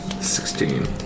Sixteen